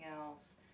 else